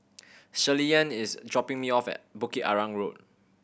Shirleyann is dropping me off at Bukit Arang Road